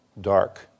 dark